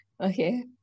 Okay